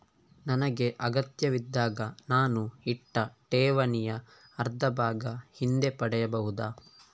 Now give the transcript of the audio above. ನನಗೆ ಅಗತ್ಯವಿದ್ದಾಗ ನಾನು ಇಟ್ಟ ಠೇವಣಿಯ ಅರ್ಧಭಾಗ ಹಿಂದೆ ಪಡೆಯಬಹುದಾ?